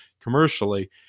commercially